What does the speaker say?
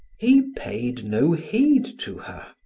he paid no heed to her.